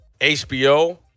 HBO